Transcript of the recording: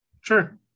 sure